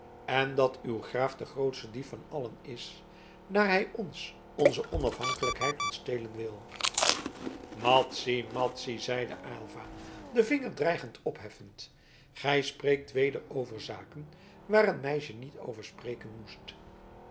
en dat uw graaf de grootste dief van allen is daar hij ons onze onafhankelijkheid ontstelen wil madzy madzy zeide aylva den vinger dreigend opheffend gij spreekt weder over zaken waar een meisje niet over spreken moest